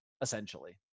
essentially